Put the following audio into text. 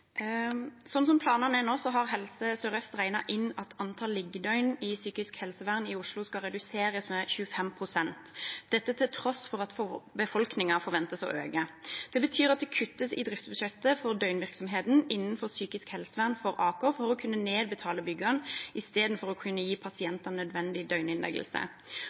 planene er nå, har Helse Sør-Øst regnet inn at antallet liggedøgn i psykisk helsevern i Oslo skal reduseres med 25 pst. – til tross for at befolkningen forventes å øke. Det betyr at det på Aker kuttes i driftsbudsjettet for døgnvirksomheten innenfor psykisk helsevern for å kunne nedbetale byggene – istedenfor å kunne gi pasientene nødvendig døgninnleggelse.